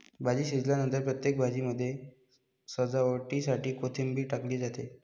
भाजी शिजल्यानंतर प्रत्येक भाजीमध्ये सजावटीसाठी कोथिंबीर टाकली जाते